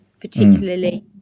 particularly